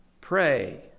Pray